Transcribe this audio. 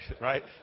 right